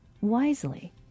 wisely